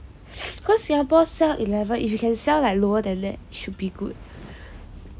cause singpaore sell eleven you can sell like lower than that it should be good